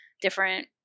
different